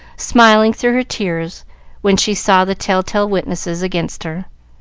smiling through her tears when she saw the tell-tale witnesses against her.